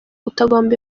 utagomba